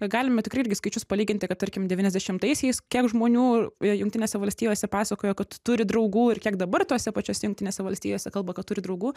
galime tikrai irgi skaičius palyginti kad tarkim devyniasdešimtaisiais kiek žmonių jungtinėse valstijose pasakojo kad turi draugų ir kiek dabar tose pačiose jungtinėse valstijose kalba kad turi draugų